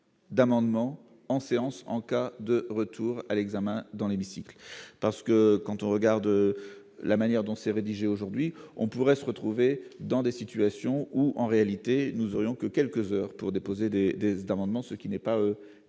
d'amendement en séance, en cas de retour à l'examen, dans l'hémicycle, parce que quand on regarde la manière dont s'est rédigé aujourd'hui on pourrait se retrouver dans des situations où en réalité nous aurions que quelques heures pour déposer des États amendements, ce qui n'est pas très